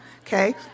Okay